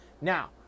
Now